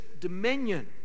dominion